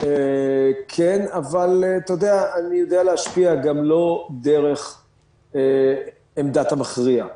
כן, אבל אני יודע להשפיע גם לא דרך עמדת המכריע.